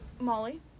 Molly